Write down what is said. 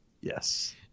Yes